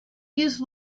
use